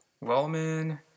Wellman